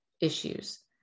issues